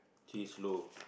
she's slow